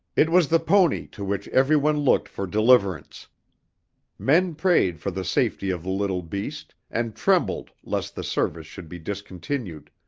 it was the pony to which every one looked for deliverance men prayed for the safety of the little beast, and trembled lest the service should be discontinued.